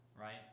Right